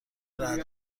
رعد